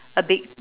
a big